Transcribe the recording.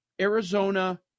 Arizona